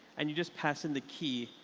and you just pass in the key,